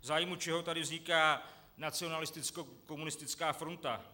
V zájmu čeho tady vzniká nacionalistickokomunistická fronta?